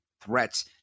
Threats